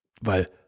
Weil